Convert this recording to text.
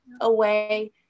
away